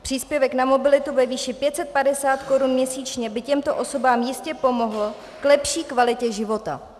Příspěvek na mobilitu ve výši 550 korun měsíčně by těmto osobám jistě pomohl k lepší kvalitě života.